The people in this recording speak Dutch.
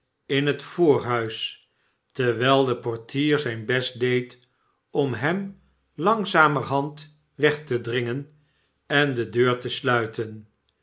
in het voorhuis terwijl deportier zijn best deed om hem langzamerhand weg te dringen en de deur te sluiten